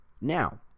Now